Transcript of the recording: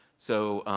so